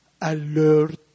alert